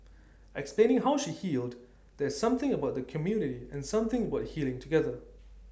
explaining how she healed there's something about the community and something about healing together